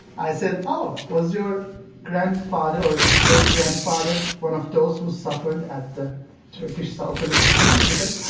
i said, oh, was your grandfather or great-grandfather one of those who suffered at the turkish sultan's hand? he said,